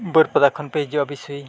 ᱵᱟᱹᱨᱯᱟᱫᱟ ᱠᱷᱚᱱᱯᱮ ᱦᱤᱡᱩᱜᱼᱟ ᱵᱤᱥᱩᱭ